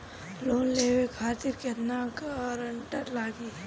Loan लेवे खातिर केतना ग्रानटर लागी?